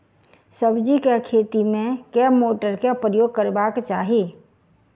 सब्जी केँ खेती मे केँ मोटर केँ प्रयोग करबाक चाहि?